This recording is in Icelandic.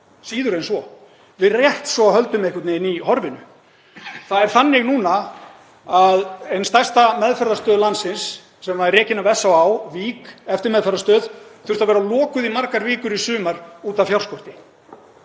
síður en svo, við rétt svo höldum í horfinu. Það er þannig núna að ein stærsta meðferðarstöð landsins, sem er rekin af SÁÁ, Vík, eftirmeðferðarstöð, þurfti að vera lokuð í margar vikur í sumar út af fjárskorti.